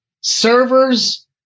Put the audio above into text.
servers